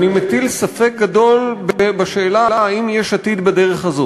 אני מטיל ספק גדול בשאלה אם יש עתיד בדרך הזאת.